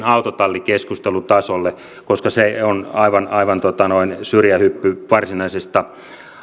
autotallikeskustelutasolle koska se on aivan aivan syrjähyppy varsinaisesta